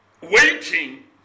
waiting